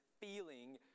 feeling